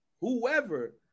whoever